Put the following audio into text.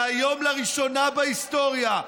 שהיום לראשונה בהיסטוריה,